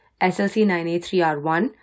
SLC9A3R1